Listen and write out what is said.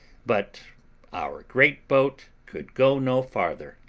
but our great boat could go no farther.